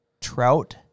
trout